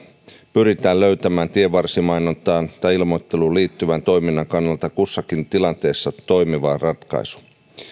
pyritään löytämään tienvarsimainontaan tai ilmoitteluun liittyvän toiminnan kannalta kussakin tilanteessa toimiva ratkaisu